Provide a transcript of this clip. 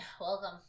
Welcome